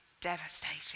devastating